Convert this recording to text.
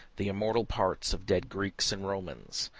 the immortal parts of dead greeks and romans.